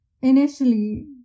initially